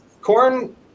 corn